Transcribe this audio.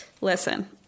Listen